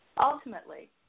Ultimately